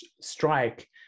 Strike